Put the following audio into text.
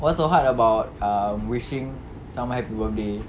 what's so hard about um wishing some happy birthday